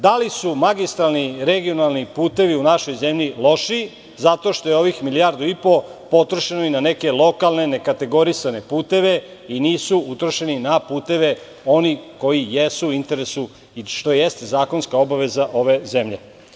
Da li su magistralni, regionalni putevi u našoj zemlji lošiji, zato što je ovih milijardu i po potrošeno na neke lokalne nekategorisane puteve i nisu utrošeni na puteve koji jesu u interesu i što jeste zakonska obaveza ove zemlje.